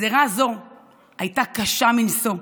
גזרה זו הייתה קשה מנשוא,